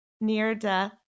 near-death